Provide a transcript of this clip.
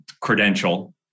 credential